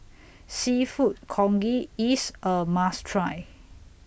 Seafood Congee IS A must Try